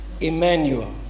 Emmanuel